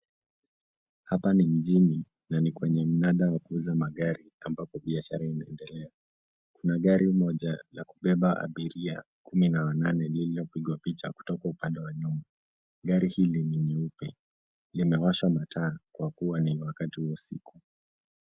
Hapa ni mjini na ni kwenye mnada wa kuuzia gari ambapo biashara inaendelea. Kuna gari moja la kubeba abiria kumi na wanane lililopigwa picha kutoka upande wa nyuma. Gari hili ni nyeupe limewashwa mataa kwa kuwa ni wakati wa usiku.